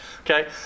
Okay